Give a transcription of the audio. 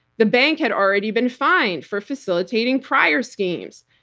the bank had already been fined for facilitating prior schemes.